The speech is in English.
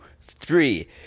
three